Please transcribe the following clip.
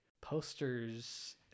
posters